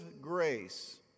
grace